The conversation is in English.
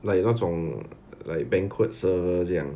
like 那种 like banquet server